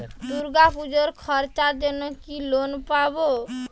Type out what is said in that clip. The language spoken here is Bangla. দূর্গাপুজোর খরচার জন্য কি লোন পাব?